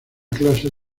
clases